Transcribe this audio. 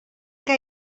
que